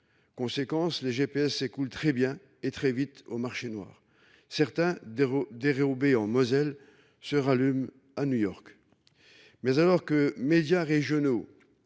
Conséquence, les GPS, c'est cool. Très bien et très vite au marché noir certains d'. Roubaix en Moselle se rallume à New York. Mais alors que médias régionaux.